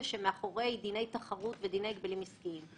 שמאחורי דיני תחרות ודיני הגבלים עסקיים.